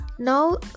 now